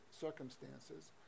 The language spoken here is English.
circumstances